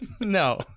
No